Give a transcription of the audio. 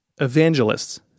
evangelists